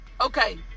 okay